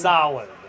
Solid